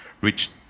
reach